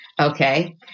okay